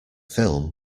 film